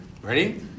Ready